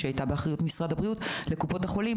ממשרד הבריאות לקופות החולים,